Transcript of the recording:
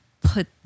put